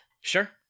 Sure